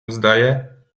zdaje